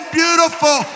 beautiful